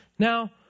Now